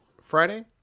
Friday